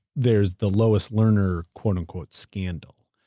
there's the lois lerner quote-unquote scandal,